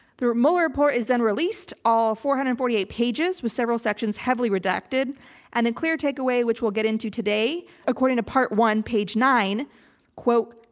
the mueller report is then released all four hundred and forty eight pages with several sections heavily redacted and the clear takeaway, which we'll get into today according to part one page nine quote,